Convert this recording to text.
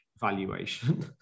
valuation